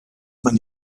man